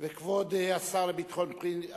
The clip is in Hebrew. כבוד השר לביטחון פנים,